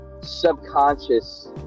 subconscious